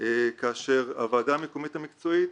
כאשר הוועדה המקומית המקצועית,